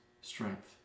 strength